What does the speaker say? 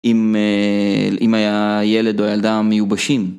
אם היה ילד או ילדה מיובשים.